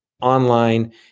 online